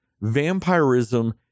vampirism